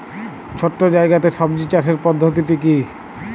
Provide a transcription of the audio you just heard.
ছোট্ট জায়গাতে সবজি চাষের পদ্ধতিটি কী?